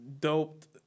doped